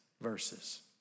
verses